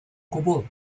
gwbl